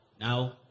now